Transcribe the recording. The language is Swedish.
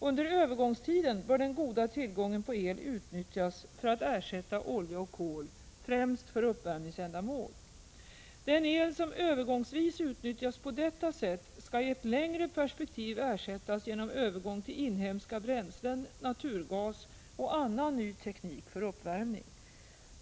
Under övergångstiden bör den goda tillgången på el utnyttjas för att ersätta olja och kol, främst för uppvärmningsändamål. Den el som övergångsvis utnyttjas på detta sätt skall i ett längre perspektiv ersättas genom övergång till inhemska bränslen, naturgas och annan ny teknik för uppvärmning.